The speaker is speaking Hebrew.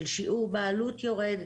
של שיעור בעלות יורד,